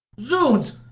zounds,